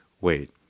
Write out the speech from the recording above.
wait